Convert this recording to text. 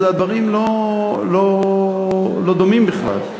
הדברים לא דומים בכלל.